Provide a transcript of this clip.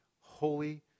holy